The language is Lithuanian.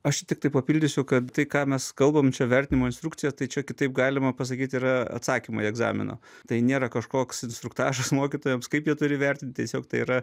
aš tiktai papildysiu kad tai ką mes kalbam čia vertinimo instrukcija tai čia kitaip galima pasakyti yra atsakymai egzamino tai nėra kažkoks instruktažas mokytojams kaip jie turi vertinti tiesiog tai yra